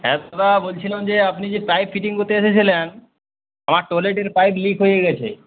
হ্যাঁ দাদা বলছিলাম যে আপনি যে পাইপ ফিটিং করতে এসেছিলেন আমার টয়লেটের পাইপ লিক হয়ে গিয়েছে